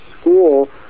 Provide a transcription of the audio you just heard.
school